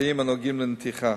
והמשפטיים הנוגעים לנתיחה.